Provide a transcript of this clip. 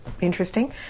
interesting